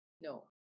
no